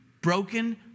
broken